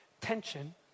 tension